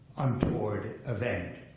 untoward event.